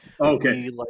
okay